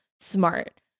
smart